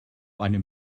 einem